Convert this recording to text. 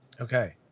Okay